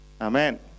Amen